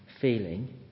feeling